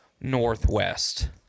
northwest